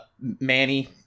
Manny